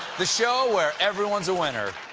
the show where everyone's a winner.